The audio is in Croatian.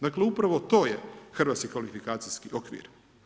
Dakle, upravo to je hrvatski kvalifikacijski okvir.